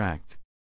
extract